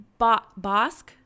Bosk